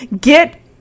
Get